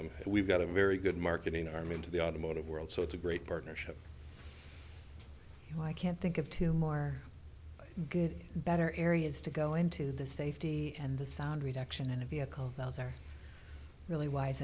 and we've got a very good marketing arm into the automotive world so it's a great partnership you know i can't think of two more good better areas to go into the safety and the sound reduction in a vehicle those are really wise